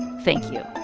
thank you.